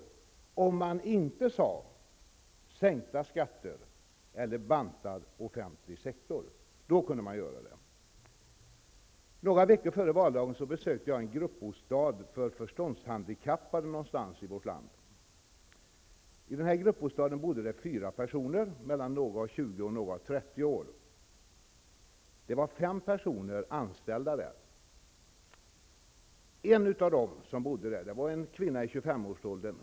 De kunde inte användas om man inte sade sänkta skatter eller bantad offentlig sektor. Då kunde man nämna dem. Några veckor före valdagen besökte jag en gruppbostad för förståndshandikappade någonstans i vårt land. I den här gruppbostaden bodde fyra personer mellan några och 20 och några och 30 år. Fem personer var anställda där. En av dem som bodde i gruppbostaden var en kvinna i 25 årsåldern.